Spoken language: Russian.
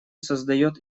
создает